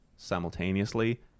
simultaneously